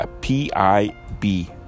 P-I-B